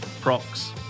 Prox